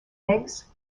eggs